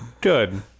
good